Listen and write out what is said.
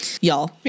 y'all